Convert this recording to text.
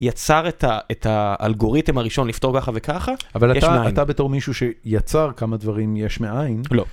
יצר את האלגוריתם הראשון לפתור ככה וככה. - אבל אתה בתור מישהו שיצר כמה דברים יש מאין. - לא.